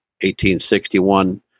1861